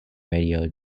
radio